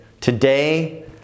today